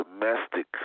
domestic